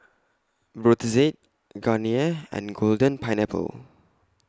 Brotzeit Garnier and Golden Pineapple